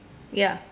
ya